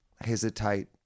hesitate